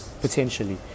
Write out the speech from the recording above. potentially